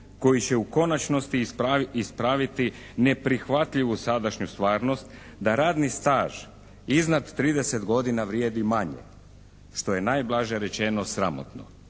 koji će u konačnosti ispraviti neprihvatljivu sadašnju stvarnost da radni staž iznad 30 godina vrijedi manje što je najblaže rečeno sramotno.